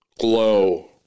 glow